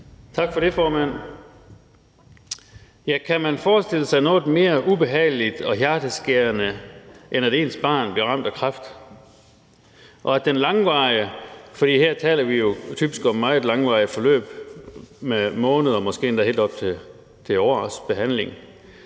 Tak for det, formand. Kan man forestille sig noget mere ubehageligt og hjerteskærende, end at ens barn bliver ramt af kræft, og at den langvarige behandling af ens barn – for her taler vi jo typisk om meget langvarige forløb med måneder og måske endda helt op til års behandling